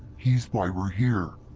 he's why we're here.